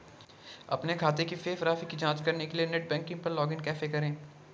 अपने खाते की शेष राशि की जांच करने के लिए नेट बैंकिंग पर लॉगइन कैसे करें?